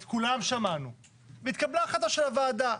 את כולם שמענו והתקבלה החלטה של הוועדה.